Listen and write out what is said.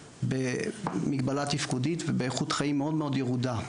במגבלה תפקודית ובאיכות חיים מאוד-מאוד ירודה.